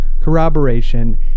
corroboration